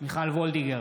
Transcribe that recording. מיכל וולדיגר,